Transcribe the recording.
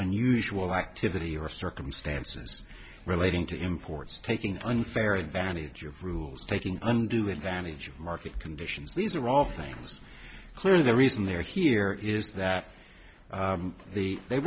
unusual activity or circumstances relating to imports taking unfair advantage of rules taking undue advantage of market conditions these are all things clear the reason they're here is that the they